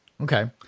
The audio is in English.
Okay